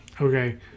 Okay